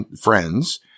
friends